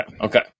Okay